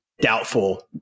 doubtful